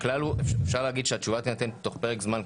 הכלל הוא אפשר להגיד שהתשובה תינתן תוך פרק זמן,